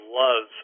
love